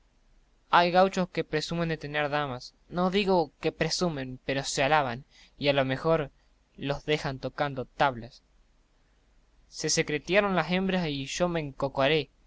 hay gauchos que presumen de tener damas no digo que presumen pero se alaban y a lo mejor los dejan tocando tablas se secretiaron las hembras y yo ya me encocoré